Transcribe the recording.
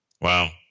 Wow